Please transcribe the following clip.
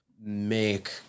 make